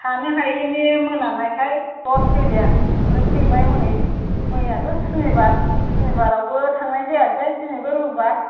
थानो हायैनि मोनानायखाय ब्लद फैबाय आं ओमफ्राय फैबाय हनै मैयाथ' सुनिबार सुनिबारावबो थांनाय जायासै दिनैबो रबिबार